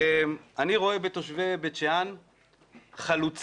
אני ירואה בתושבי בית שאן חלוצים